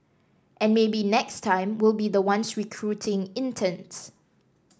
and maybe next time we'll be the ones recruiting interns